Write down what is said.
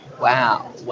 Wow